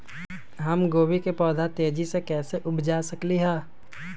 हम गोभी के पौधा तेजी से कैसे उपजा सकली ह?